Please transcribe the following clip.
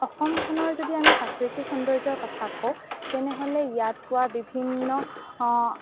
অসমখনৰ যদি আমি প্ৰাকৃতিক সৌন্দৰ্যৰ কথা কওঁ তেনেহ'লে ইয়াত পোৱা বিভিন্ন